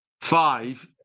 five